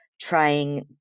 trying